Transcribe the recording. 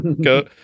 go